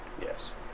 Yes